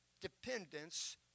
dependence